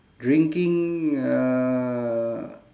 drinking uh